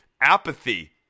apathy